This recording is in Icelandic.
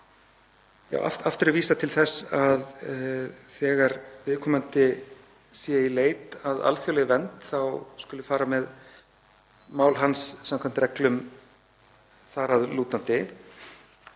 Aftur er vísað til þess að þegar viðkomandi er í leit að alþjóðlegri vernd þá skuli fara með mál hans samkvæmt reglum þar að lútandi.